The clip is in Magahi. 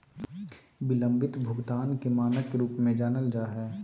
बिलम्बित भुगतान के मानक के रूप में जानल जा हइ